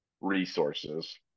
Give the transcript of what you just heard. resources